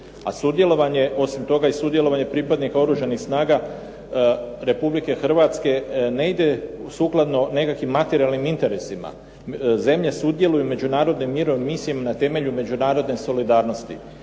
A sudjelovanje, osim toga i sudjelovanje pripadnika Oružanih snaga Republike Hrvatske ne ide sukladno nekakvim materijalnim interesima. Zemlje sudjeluju u međunarodnim mirovnim misijama na temelju međunarodne solidarnosti.